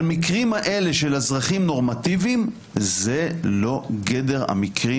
המקרים האלה של אזרחים נורמטיביים הם לא בגדר המקרים